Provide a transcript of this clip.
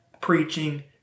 Preaching